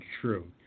true